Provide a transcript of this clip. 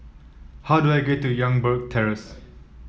how do I get to Youngberg Terrace